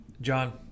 John